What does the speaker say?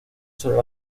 sobre